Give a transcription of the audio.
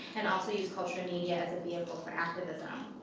and also use culture media as a vehicle for activism.